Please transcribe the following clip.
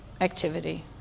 activity